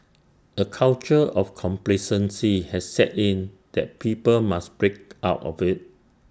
A culture of complacency has set in that people must break out of IT